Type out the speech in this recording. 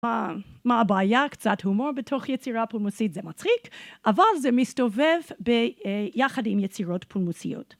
מה מה הבעיה? קצת הומור בתוך יצירה פולמוסית, זה מצחיק, אבל זה מסתובב ביחד עם יצירות פולמוסיות.